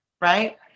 right